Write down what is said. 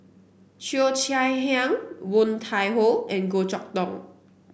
Cheo Chai Hiang Woon Tai Ho and Goh Chok Tong